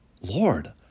Lord